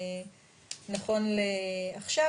נכון לעכשיו,